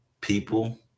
people